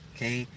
Okay